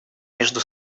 между